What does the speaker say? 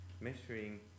measuring